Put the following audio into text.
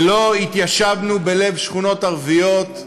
ולא התיישבנו בלב שכונות ערביות,